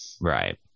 Right